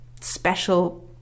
special